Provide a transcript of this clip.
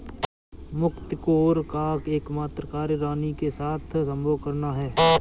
मुकत्कोर का एकमात्र कार्य रानी के साथ संभोग करना है